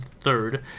third